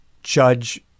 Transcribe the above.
Judge